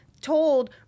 told